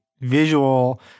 visual